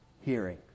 hearing